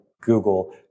Google